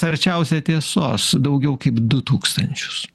arčiausiai tiesos daugiau kaip du tūkstančius